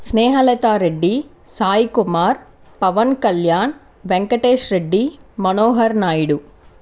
Snehalata Reddy Sai Kumar Pawan Kalyan Venkatesh Reddy Manohar Naidu